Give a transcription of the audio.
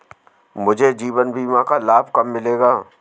मुझे जीवन बीमा का लाभ कब मिलेगा?